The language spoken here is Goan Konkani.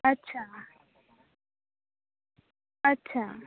अच्छा अच्छा